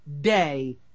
day